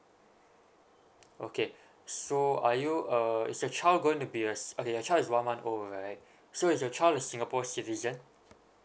okay so are you err is the child going to be a okay your child is one month old right so is your child a singapore citizen